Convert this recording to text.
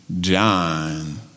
John